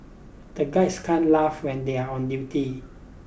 the guys can't laugh when they are on duty